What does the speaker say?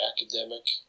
academic